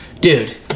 Dude